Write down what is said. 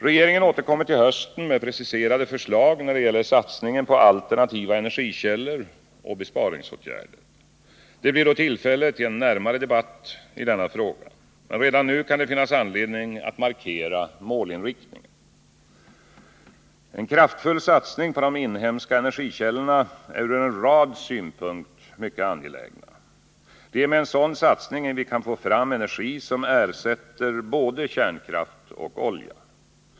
Regeringen återkommer till hösten med preciserade förslag när det gäller satsningen på alternativa energikällor och besparingsåtgärder. Det blir då tillfälle till en närmare debatt i denna fråga. Redan nu kan det finnas anledning att markera målinriktningen. En kraftfull satsning på de inhemska energikällorna är ur en rad synpunkter mycket angelägen. Det är med en sådan satsning vi kan få fram energi som ersätter både kärnkraft och olja.